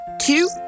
two